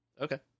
Okay